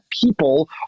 people